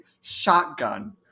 shotgun